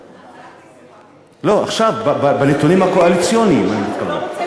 לא, עכשיו בנתונים הקואליציוניים אני מתכוון.